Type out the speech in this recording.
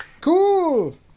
Cool